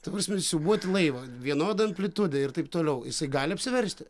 ta prasme siūbuoti laivą vienoda amplitude ir taip toliau jisai gali apsiversti